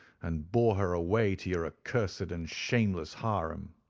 and bore her away to your ah accursed and and shameless harem